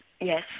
Yes